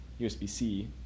USB-C